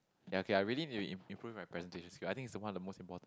ya okay I really need im~ improve my presentation skills I think it's one of the most important